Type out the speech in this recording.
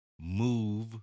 move